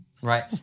Right